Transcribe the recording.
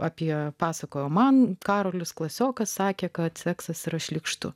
apie pasakojo man karolės klasiokas sakė kad seksas yra šlykštu